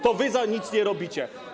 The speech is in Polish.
To wy nic nie robicie.